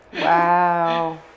Wow